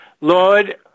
Lord